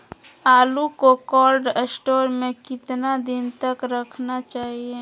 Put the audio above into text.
आलू को cold store में कितना दिन तक रखना चाहिए?